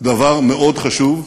דבר מאוד חשוב,